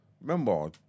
remember